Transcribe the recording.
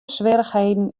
swierrichheden